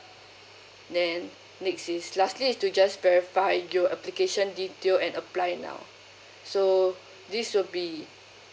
then next is lastly is to just verify your application detail and apply it now so this would be